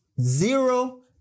zero